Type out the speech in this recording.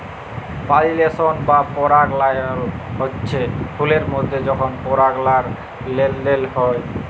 পালিলেশল বা পরাগায়ল হচ্যে ফুলের মধ্যে যখল পরাগলার লেলদেল হয়